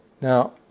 Now